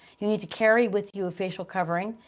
you need to carry with you a facial covering.